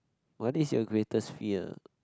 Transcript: what is your greatest fear